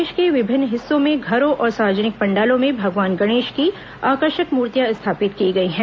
प्रदेश के विभिन्न हिस्सों में घरों और सार्वजनिक पंडालों में भगवान गणेश की आकर्षक मूर्तियां स्थापित की गई हैं